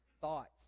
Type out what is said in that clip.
thoughts